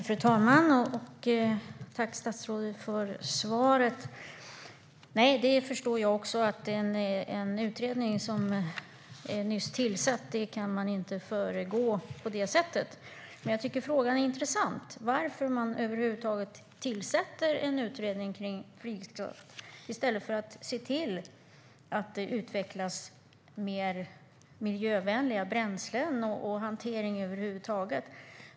Fru talman! Tack, statsrådet, för svaret! Jag förstår att vi inte kan föregå en utredning som nyss tillsatts. Men jag tycker att frågan är intressant. Varför tillsätts en utredning om flygskatt i stället för att se till att det utvecklas mer miljövänliga bränslen och miljövänlig hantering över huvud taget?